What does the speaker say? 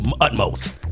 utmost